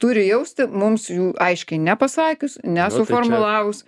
turi jausti mums jų aiškiai ne pasakius nesuformalaus